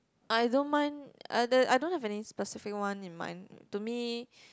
I don't mind and I don't have any specific one in mind to me